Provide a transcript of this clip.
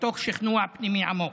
מתוך שכנוע פנימי עמוק.